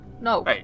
No